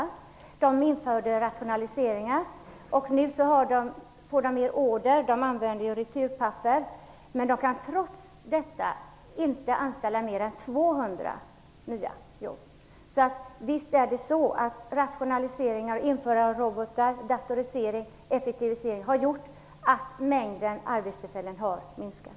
Bruket har genomfört rationaliseringar och har nu fått en orderökning. Företaget kan dock inte efterfråga mer än 200 nya anställda. Detta exempel visar att rationaliseringar, insättande av industrirobotar, datorisering och effektivisering verkligen har medfört att antalet arbetstillfällen har minskat.